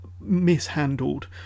mishandled